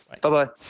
Bye-bye